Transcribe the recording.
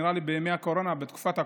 נראה לי שבתקופת הקורונה,